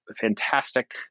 fantastic